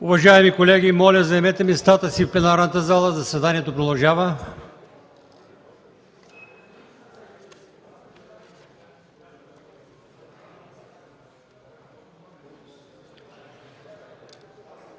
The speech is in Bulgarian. Уважаеми колеги, моля, заемете местата си в пленарната зала. Заседанието продължава.